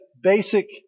basic